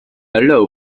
allow